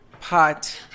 pot